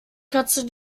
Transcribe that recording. katze